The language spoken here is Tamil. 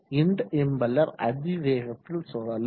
இந்த இம்பெல்லர் அதிவேகத்தில் சுழலும்